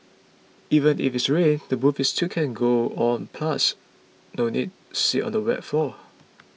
even if it rains the movie still can go on plus no need sit on the wet floor